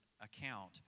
account